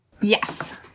Yes